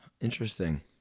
Interesting